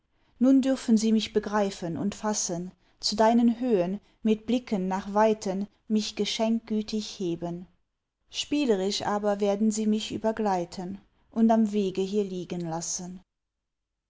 nun dürfen sie mich begreifen und fassen zu deinen höhen mit blicken nach weiten mich geschenkgütig heben spielerisch aber werden sie mich übergleiten und am wege hier liegen lassen